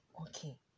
okay